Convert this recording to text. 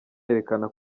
yerekana